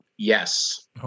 Yes